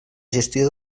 gestió